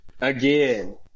Again